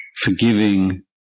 forgiving